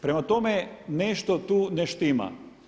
Prema tome, nešto tu ne štima.